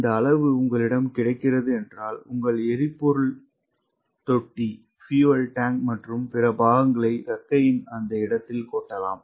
இந்த அளவு உங்களிடம் கிடைக்கிறது என்றால் உங்கள் எரிபொருள் தொட்டி மற்றும் பிற பாகங்களை இறக்கையின் அந்த இடத்தில் கொட்டலாம்